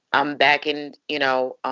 i'm backing, and you know,